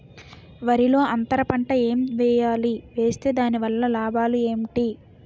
వరిలో అంతర పంట ఎం వేయాలి? వేస్తే దాని వల్ల లాభాలు ఏంటి?